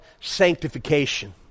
sanctification